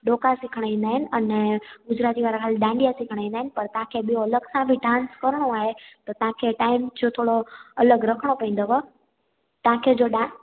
ॾोंका सिखणु ईंदा आहिनि अने गुजराती वारा ख़ाली डांडिया सिखणु ईंदा आहिनि पर तव्हांखे ॿियो अलॻि सां बि डांस करिणो आहे त तव्हांखे टाइम जो थोरो अलॻि रखणो पवंदव तव्हांखे जो डा